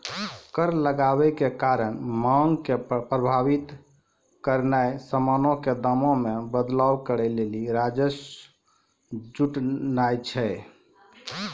कर लगाबै के कारण मांग के प्रभावित करनाय समानो के दामो मे बदलाव करै लेली राजस्व जुटानाय छै